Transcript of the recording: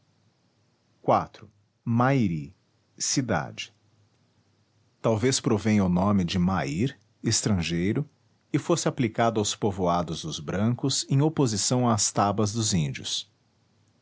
iv mairi cidade talvez provenha o nome de mair estrangeiro e fosse aplicado aos povoados dos brancos em oposição às tabas dos índios